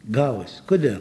gavosi kodėl